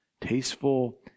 tasteful